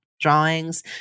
drawings